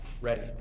ready